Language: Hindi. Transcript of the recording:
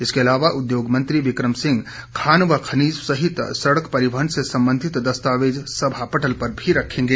इसके अलावा उद्योग मंत्री विक्रम सिंह खान व खनीज सहित सड़क परिवहन से सम्बंधित दस्तावेज सभा पटल पर रखेंगे